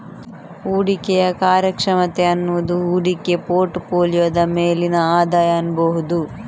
ಹೂಡಿಕೆಯ ಕಾರ್ಯಕ್ಷಮತೆ ಅನ್ನುದು ಹೂಡಿಕೆ ಪೋರ್ಟ್ ಫೋಲಿಯೋದ ಮೇಲಿನ ಆದಾಯ ಅನ್ಬಹುದು